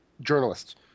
journalists